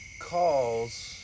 calls